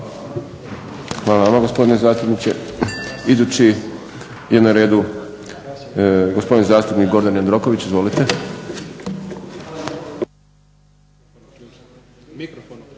Hvala vama gospodine zastupniče. Idući je na redu gospodin zastupnik Gordan Jandroković. Izvolite. **Jandroković,